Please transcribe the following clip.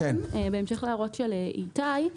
בהמשך להערות של איתי,